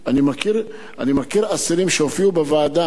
אני מכיר אסירים שהופיעו בוועדה,